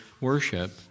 worship